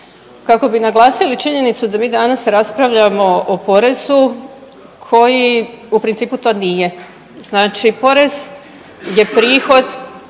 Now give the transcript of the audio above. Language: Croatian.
kako bi naglasili činjenicu da mi danas raspravljamo o porezu koji u principu to nije. Znači porez je prihod